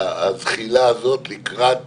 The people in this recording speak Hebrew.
והזחילה הזאת לקראת